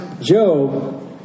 Job